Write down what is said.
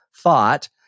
thought